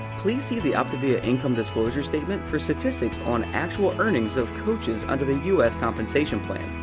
please see the optavia income disclosure statement for statistics on actual earnings of coaches under the u s. compensation plan,